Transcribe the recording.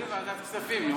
אז ועדת כספים.